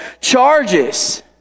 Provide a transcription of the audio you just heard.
charges